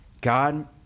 God